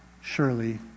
surely